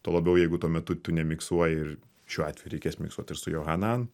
tuo labiau jeigu tuo metu tu nemiksuoji ir šiuo atveju reikės miksuot ir su johanan